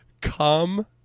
come